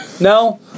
No